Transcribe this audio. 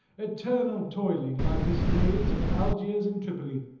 eternal toiling like to slaves of algiers and tripoli.